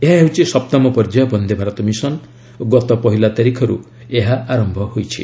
ଏହା ହେଉଛି ସପ୍ତମ ପର୍ଯ୍ୟାୟ ବନ୍ଦେ ଭାରତ ମିଶନ୍ ଓ ଗତ ପହିଲା ତାରିଖରୁ ଏହା ଆରମ୍ଭ ହୋଇଛି